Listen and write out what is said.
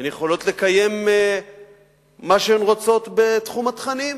הן יכולות לקיים מה שהן רוצות בתחום התכנים.